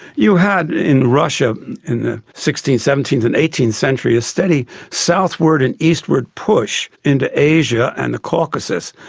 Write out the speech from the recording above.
you had in russia in the sixteenth, seventeenth and eighteenth centuries a steady southward and eastward push into asia and the caucasus,